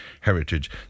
heritage